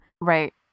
Right